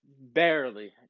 barely